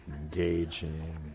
engaging